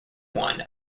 one